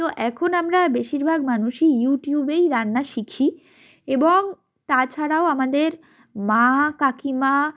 তো এখন আমরা বেশিরভাগ মানুষই ইউটিউবেই রান্না শিখি এবং তাছাড়াও আমাদের মা কাকিমা